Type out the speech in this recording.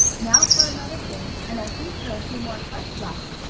now for another game, and i think there are a few more tarts left.